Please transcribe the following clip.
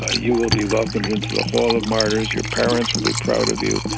ah you will be welcomed into the hall of martyrs, your parents will be proud of you,